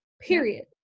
period